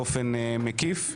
באופן מקיף.